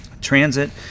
transit